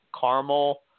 caramel